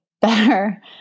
better